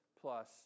plus